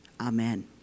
Amen